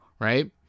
right